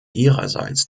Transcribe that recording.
ihrerseits